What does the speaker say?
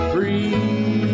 Free